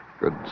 Good